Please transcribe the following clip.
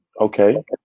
Okay